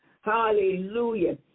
Hallelujah